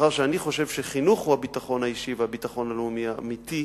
מאחר שאני חושב שחינוך הוא הביטחון האישי והביטחון הלאומי האמיתי,